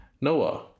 Noah